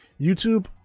youtube